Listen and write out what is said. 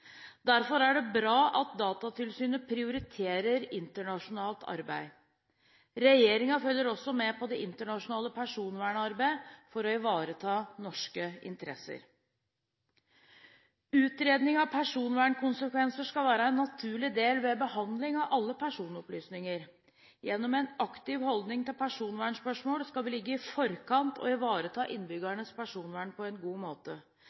Derfor er det bra at Datatilsynet prioriterer internasjonalt arbeid. Regjeringen følger også med på det internasjonale personvernarbeidet for å ivareta norske interesser. Utredningen av personvernkonsekvenser skal være en naturlig del ved behandling av alle personopplysninger. Gjennom en aktiv holdning til personvernspørsmål skal vi ligge i forkant og ivareta innbyggernes personvern på en god måte.